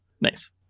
Nice